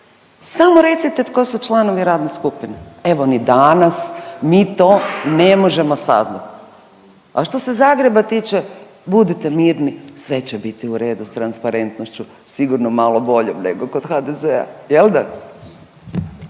Samo recite tko su članovi radne skupine. Evo ni danas mi to ne možemo saznati. A što se Zagreba tiče budite mirni sve će biti u redu s transparentnošću sigurno malo boljom nego kod HDZ-a jel da?